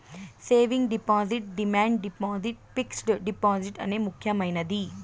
savings deposit demand deposit fixed deposit అనే ముక్యమైనది